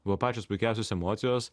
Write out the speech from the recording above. buvo pačios puikiausios emocijos